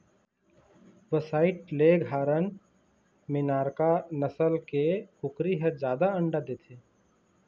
white Leghorn, Minorca नसल के कुकरी ह जादा अंडा देथे